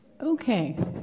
Okay